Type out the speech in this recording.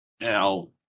Now